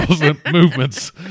movements